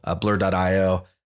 Blur.io